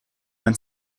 man